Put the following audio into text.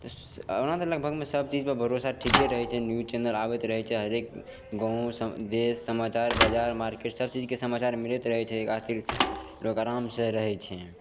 तऽ ओना तऽ लगभगमे सभकिछु पर भरोसा ठीके रहै छै न्यूज चैनल आबैत रहै छै हरेक गाँवो सऽ देस समाचार बाजार मार्केट सभचीजके समाचार मिलैत रहै छै आखिर लोग आराम से रहै छै